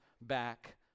back